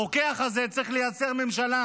הרוקח הזה צריך לייצר ממשלה